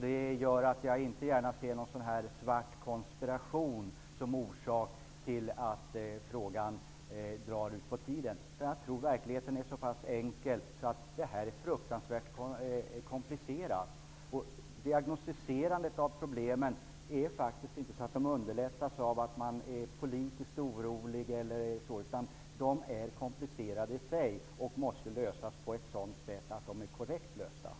Det gör att jag har svårt att se någon svart konspiration som orsak till att ärendet drar ut på tiden. Jag tror att det helt enkelt gäller en fruktansvärt komplicerad fråga. Diagnostiserandet av problemen underlättas faktiskt inte av att man är politiskt otålig, utan de är komplicerade i sig och måste lösas på ett korrekt sätt.